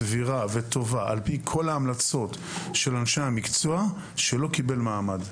סבירה שעומד בהמלצות של אנשי המקצוע שלא קיבל מעמד.